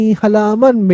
halaman